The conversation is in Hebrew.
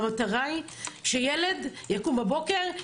המטרה היא שילד יקום בבוקר,